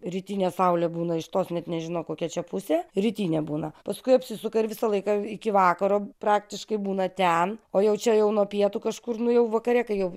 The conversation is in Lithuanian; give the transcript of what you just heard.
rytinė saulė būna iš tos net nežinau kokia čia pusė rytinė būna paskui apsisuka ir visą laiką iki vakaro praktiškai būna ten o jau čia jau nuo pietų kažkur nu jau vakare kai jau